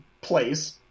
place